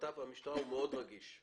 לביטחון פנים והמשטרה הוא מאוד רגיש.